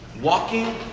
walking